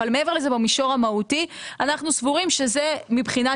אבל מעבר לזה במישור המהותי אנחנו סבורים שזה מבחינת